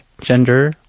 gender